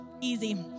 easy